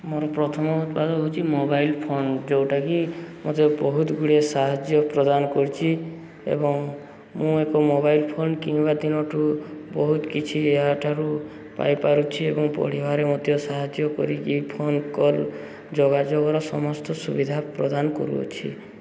ମୋର ପ୍ରଥମ ଉତ୍ପାଦ ହେଉଛି ମୋବାଇଲ୍ ଫୋନ୍ ଯେଉଁଟାକି ମୋତେ ବହୁତ ଗୁଡ଼ିଏ ସାହାଯ୍ୟ ପ୍ରଦାନ କରିଛି ଏବଂ ମୁଁ ଏକ ମୋବାଇଲ୍ ଫୋନ୍ କିଣିବା ଦିନଠୁ ବହୁତ କିଛି ଏହାଠାରୁ ପାଇପାରୁଛି ଏବଂ ପଢ଼ିବାରେ ମଧ୍ୟ ସାହାଯ୍ୟ କରିକି ଫୋନ୍ କଲ୍ ଯୋଗାଯୋଗର ସମସ୍ତ ସୁବିଧା ପ୍ରଦାନ କରୁଅଛି